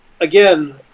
again